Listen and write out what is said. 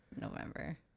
November